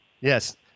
Yes